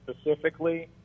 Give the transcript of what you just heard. specifically